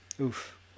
Oof